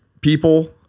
people